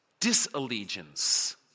disallegiance